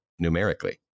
numerically